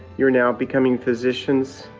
you're now becoming physicians.